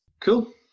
cool